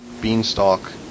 beanstalk